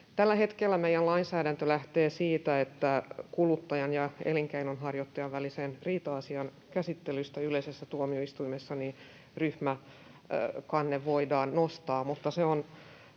Tällä hetkellä meidän lainsäädäntömme lähtee siitä, että kuluttajan ja elinkeinonharjoittajan välisen riita-asian käsittelystä yleisessä tuomioistuimessa ryhmäkanne voidaan nostaa,